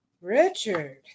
Richard